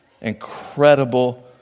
incredible